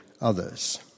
others